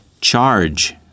charge